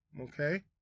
okay